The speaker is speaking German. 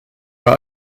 war